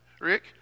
Rick